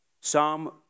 Psalm